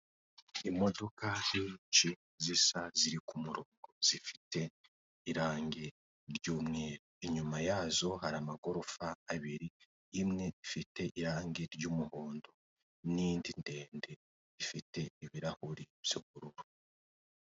Iri ni isoko ryubatse mu buryo bugezweho kandi nkuko tubibona buri gicuruzwa kiri mu mwanya wacyo ndetse bikaba bibitse mu buryo bidashobora kwangirika bisa neza kandi n'ababigura bagashobora kubona icyo bakeneye mu buryo buboroheye.